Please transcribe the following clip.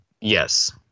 Yes